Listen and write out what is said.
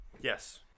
Yes